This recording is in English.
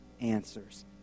answers